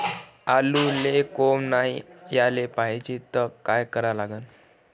आलूले कोंब नाई याले पायजे त का करा लागन?